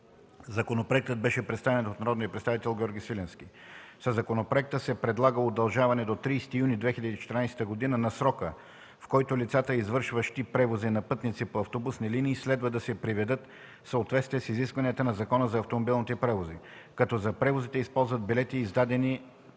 Законопроектът беше представен от народния представител Георги Свиленски. Със законопроекта се предлага удължаване до 30 юни 2014 г. на срока, в който лицата, извършващи превози на пътници по автобусни линии, следва да се приведат в съответствие с изискванията на Закона за автомобилните превози, като за превозите използват билети, издадени